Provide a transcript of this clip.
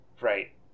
Right